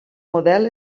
model